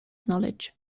knowledge